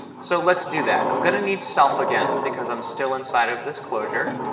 so let's do that. i'm going to need self again, because i'm still inside of this closure,